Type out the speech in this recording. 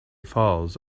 falls